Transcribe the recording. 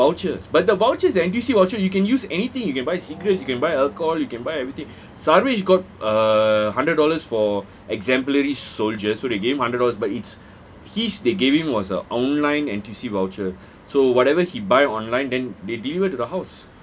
vouchers but the vouchers the N_T_U_C voucher you can use anything you can buy cigarettes you can buy alcohol you can buy everything sathvik got uh hundred dollars for exemplary soldier so they gave him hundred dollar but it's his they gave him was a online N_T_U_C voucher so whatever he buy online then they deliver to the house